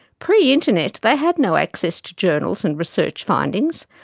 pre-internet, they had no access to journals and research findings,